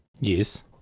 yes